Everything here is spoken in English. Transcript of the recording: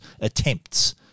attempts